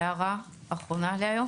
הערה אחרונה להיום.